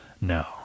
No